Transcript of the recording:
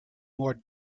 more